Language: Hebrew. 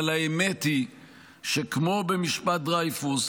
אבל האמת היא שכמו במשפט דרייפוס,